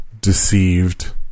deceived